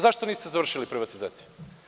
Zašto niste završili privatizaciju?